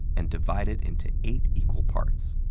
and divide it into eight equal parts.